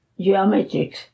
geometrics